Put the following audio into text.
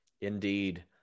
Indeed